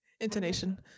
Intonation